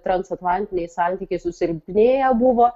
transatlantiniai santykiai susilpnėję buvo